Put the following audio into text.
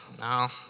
no